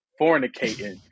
fornicating